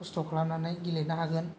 कस्त' खालामनानै गेलेनो हागोन